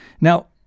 Now